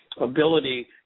ability